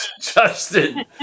Justin